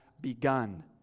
begun